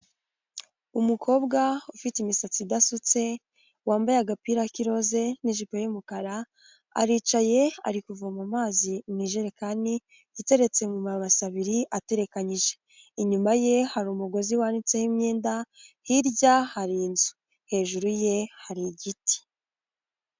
Umukobwa ufite imisatsi idasutse wambaye agapira k'irose n'ijipo y'umukara, aricaye ari kuvoma mazi mu ijerekani iteretse mu mabasa abiri aterekanyije, inyuma ye hari umugozi wanitseho imyenda, hirya hari inzu, hejuru ye hari igiti.